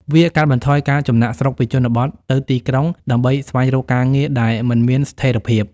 វាកាត់បន្ថយការចំណាកស្រុកពីជនបទទៅទីក្រុងដើម្បីស្វែងរកការងារដែលមិនមានស្ថិរភាព។